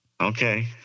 okay